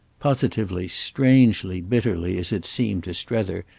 positively, strangely, bitterly, as it seemed to strether,